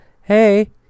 hey